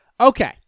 Okay